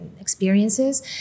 experiences